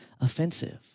offensive